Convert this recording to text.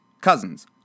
cousins